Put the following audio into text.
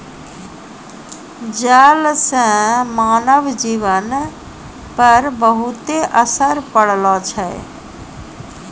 जल से मानव जीवन पर बहुते असर पड़लो छै